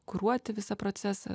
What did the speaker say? kuruoti visą procesą